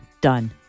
Done